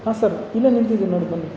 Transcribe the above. ಹಾಂ ಸರ್ ಇಲ್ಲಿಯೇ ನಿಂತಿದೀನ್ ನೋಡಿ ಬನ್ನಿ